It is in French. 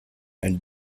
elle